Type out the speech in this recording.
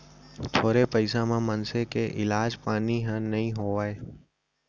थोरे पइसा म मनसे के इलाज पानी ह नइ होवय